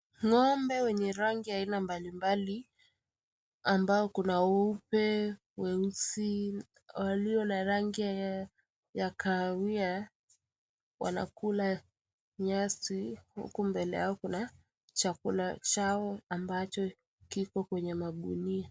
Ng'ombe wenye rangi ya aina mbalimbali, ambao kuna weupe, weusi, walio na rangi ya kahawia, wanakula nyasi. Huku mbele yao kuna chakula chao ambacho kiko kwenye magunia.